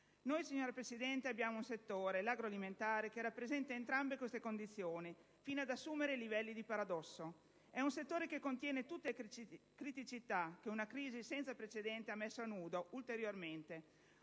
Noi, signora Presidente, abbiamo un settore, l'agroalimentare, che rappresenta entrambe queste condizioni, fino ad assumere livelli di paradosso. È un settore che contiene tutte le criticità, che una crisi senza precedenti ha messo a nudo ulteriormente;